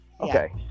Okay